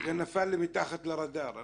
זה נפל לי מתחת לרדאר.